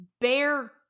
bear